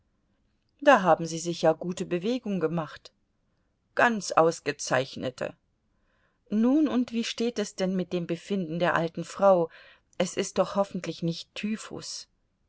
da haben sie sich ja gute bewegung gemacht ganz ausgezeichnete nun und wie steht es denn mit dem befinden der alten frau es ist doch hoffentlich nicht typhus